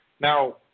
Now